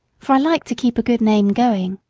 for i like to keep a good name going.